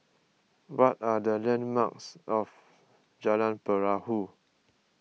what are the landmarks of Jalan Perahu